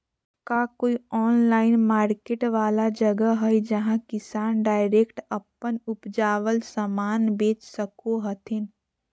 का कोई online market वाला जगह हइ जहां किसान डायरेक्ट अप्पन उपजावल समान बेच सको हथीन?